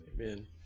Amen